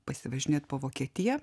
pasivažinėt po vokietiją